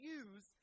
use